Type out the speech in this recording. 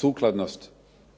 sukladnost